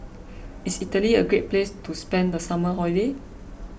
is Italy a great place to spend the summer holiday